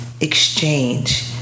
exchange